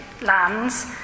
lands